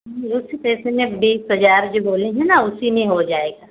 मुछ पैसे में जो बीस हज़ार बोले हैं ना उसी में हो जाएगा